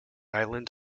island